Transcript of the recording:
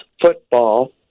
football